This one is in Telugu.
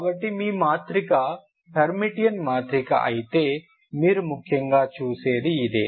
కాబట్టి మీ మాత్రిక హెర్మిటియన్ మాత్రిక అయితే మీరు ముఖ్యంగా చూసేది ఇదే